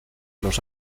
los